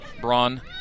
Braun